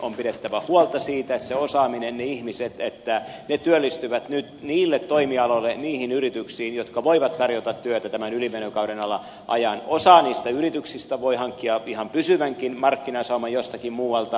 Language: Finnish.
on pidettävä huolta siitä osaamisesta siitä että ne ihmiset työllistyvät nyt niille toimialoille niihin yrityksiin jotka voivat tarjota työtä tämän ylimenokauden ajan osa niistä yrityksistä voi hankkia ihan pysyvänkin markkinasauman jostakin muualta